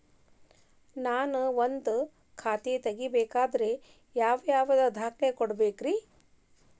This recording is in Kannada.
ನಾನ ಒಂದ್ ಖಾತೆ ತೆರಿಬೇಕಾದ್ರೆ ಯಾವ್ಯಾವ ದಾಖಲೆ ಕೊಡ್ಬೇಕ್ರಿ?